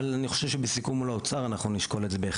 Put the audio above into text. אבל אני חושב שבסיכום מול האוצר אנחנו נשקול את זה בהחלט.